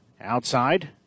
outside